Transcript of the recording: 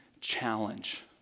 challenge